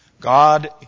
God